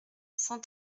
cent